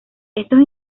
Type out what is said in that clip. esos